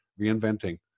reinventing